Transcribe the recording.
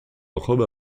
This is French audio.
robe